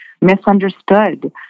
misunderstood